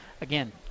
Again